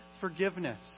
forgiveness